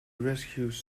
rescues